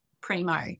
primo